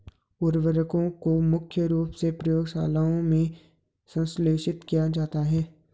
उर्वरकों को मुख्य रूप से प्रयोगशालाओं में संश्लेषित किया जाता है